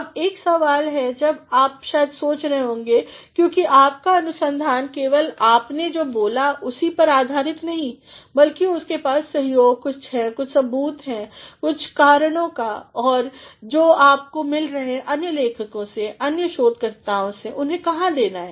अब एक सवाल जो आप शायद सोच रहे होंगे क्योंकि आपकी अनुसंधान केवल आपने जो बोला उस पर आधारित नहीं है बल्कि उसके पास सहयोग है कुछ सबूत और कुछ कारणोंका जो आपको मिले हैं अन्य लेखकों से अन्यशोधकर्ताओंसे उन्हें कहाँ देना है